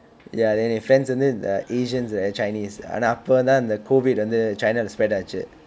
ya then என்:en friends வந்து:vanthu asians chinese ஆனா அப்போ தான்:aanaa appo thaan COVID வந்து:vanthu china இல்ல:illa spread ஆச்சு:achu